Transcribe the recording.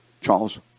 Charles